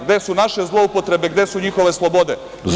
Gde su naše zloupotrebe, gde su njihove slobode?